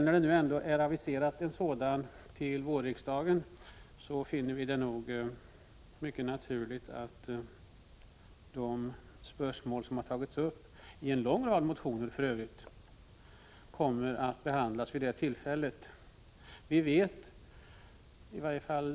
När regeringen nu har aviserat en proposition till vårriksdagen, finner vi det naturligt att de spörsmål som har tagits upp i en lång rad motioner behandlas vid detta tillfälle.